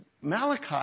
Malachi